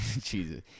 jesus